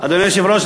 אדוני היושב-ראש,